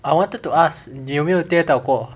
I wanted to ask 你有没有跌倒过